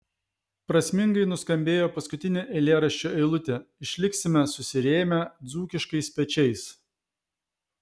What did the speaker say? prasmingai nuskambėjo paskutinė eilėraščio eilutė išliksime susirėmę dzūkiškais pečiais